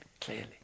clearly